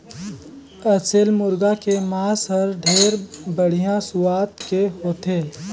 असेल मुरगा के मांस हर ढेरे बड़िहा सुवाद के होथे